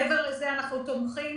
מעבר לזה, אנחנו תומכים